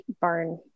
barn